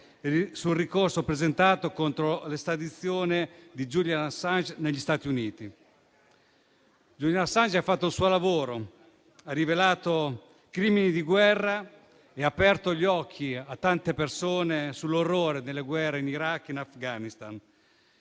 sul ricorso presentato contro l'estradizione di Julian Assange negli Stati Uniti. Julian Assange ha fatto il suo lavoro, rivelando crimini di guerra e aprendo gli occhi a tante persone sull'orrore delle guerre in Iraq e in Afghanistan.